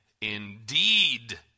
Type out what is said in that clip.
indeed